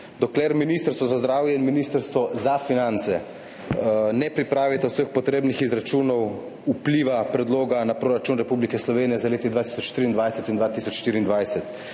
dokler Ministrstvo za zdravje in Ministrstvo za finance ne pripravita vseh potrebnih izračunov vpliva predloga na proračun Republike Slovenije za leti 2023 in 2024.